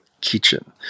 kitchen